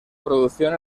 producción